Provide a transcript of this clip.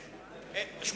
נתקבל.